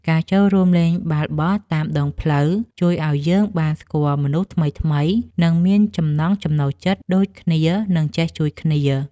ការចូលរួមលេងបាល់បោះតាមដងផ្លូវជួយឱ្យយើងបានស្គាល់មនុស្សថ្មីៗដែលមានចំណង់ចំណូលចិត្តដូចគ្នា និងចេះជួយគ្នា។